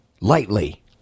Lightly